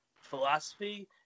philosophy